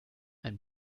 ein